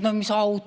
No mis auto,